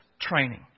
training